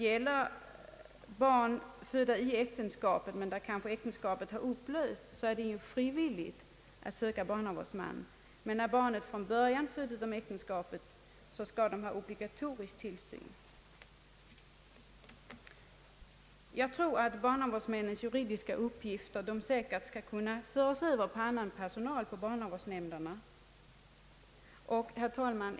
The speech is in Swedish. För barn födda i äktenskapet är det frivilligt att när äktenskapet har upplösts söka barnavårdsman, men när barnet från början är fött utom äktenskapet skall det ha obligatorisk tillsyn. Barnavårdsmännens juridiska uppgifter kan säkert föras över på annan personal hos barnavårdsnämnderna. Herr talman!